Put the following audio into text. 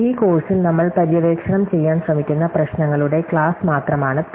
ഈ കോഴ്സിൽ നമ്മൾ പര്യവേക്ഷണം ചെയ്യാൻ ശ്രമിക്കുന്ന പ്രശ്നങ്ങളുടെ ക്ലാസ് മാത്രമാണ് പി